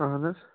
اَہَن حظ